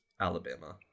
Alabama